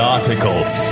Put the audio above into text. Articles